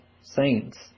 saints